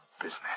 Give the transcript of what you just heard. business